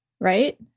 right